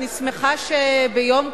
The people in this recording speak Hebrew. אני שמחה שביום כזה,